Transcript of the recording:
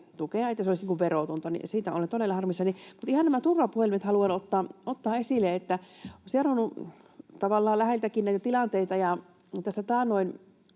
että se olisi verotonta — siitä olen todella harmissani. Mutta ihan nämä turvapuhelimet haluan ottaa esille. Olen seurannut tavallaan läheltäkin näitä tilanteita,